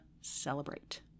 celebrate